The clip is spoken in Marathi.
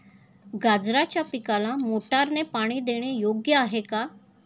गाजराच्या पिकाला मोटारने पाणी देणे योग्य आहे का?